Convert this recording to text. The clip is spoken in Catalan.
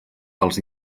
als